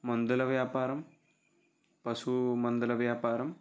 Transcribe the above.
మందుల వ్యాపారం పశువు మందుల వ్యాపారం